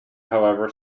however